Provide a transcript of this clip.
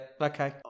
okay